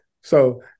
So-